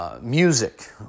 Music